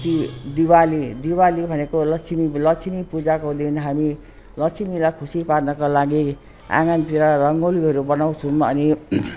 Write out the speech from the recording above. the Diwali Diwali भनेको लक्ष्मी लक्ष्मी पूजाको दिन हामी लक्ष्मीलाई खुसी पार्नका लागि आँगनतिर रङ्गोलीहरू बनाउँछौँ अनि